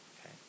Okay